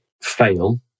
fail